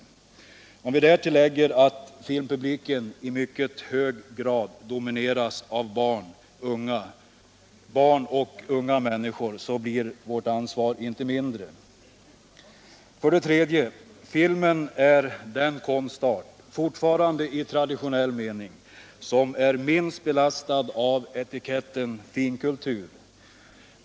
Lägger vi därtill att filmpubliken i mycket hög grad domineras av barn och unga människor blir vårt ansvar inte mindre. För det tredje: Filmen är den konstart, fortfarande i traditionell mening, som är minst belastad av etiketten finkultur.